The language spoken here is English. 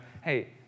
hey